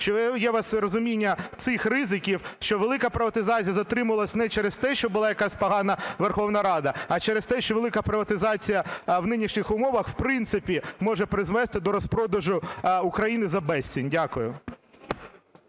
Чи є у вас розуміння цих ризиків, що велика приватизація затримувалась не через те, що була якась погана Верховна Рада, а через те, що велика приватизація в нинішніх умовах в принципі може призвести до розпродажу України за безцінь? Дякую.